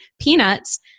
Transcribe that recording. peanuts